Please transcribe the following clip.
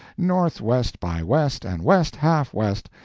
north-west-by-west-and-west-half-west,